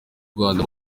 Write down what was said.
rwanda